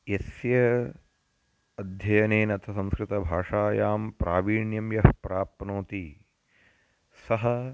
यस्य अध्ययनेन अथ संस्कृतभाषायां प्रावीण्यं यः प्राप्नोति सः